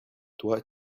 toi